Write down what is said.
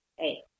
Hey